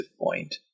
point